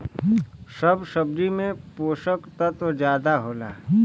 सब सब्जी में पोसक तत्व जादा होला